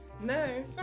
No